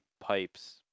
pipes